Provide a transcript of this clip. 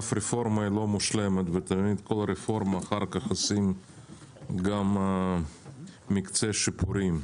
אף רפורמה אינה מושלמת ותמיד אחר כך עושים מקצה שיפורים.